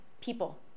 people